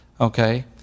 okay